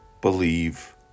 believe